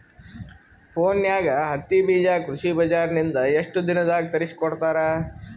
ಫೋನ್ಯಾಗ ಹತ್ತಿ ಬೀಜಾ ಕೃಷಿ ಬಜಾರ ನಿಂದ ಎಷ್ಟ ದಿನದಾಗ ತರಸಿಕೋಡತಾರ?